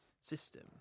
system